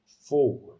forward